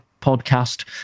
podcast